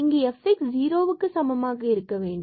இங்கு fx ஜுரோவுக்கு சமமாக இருக்க வேண்டும்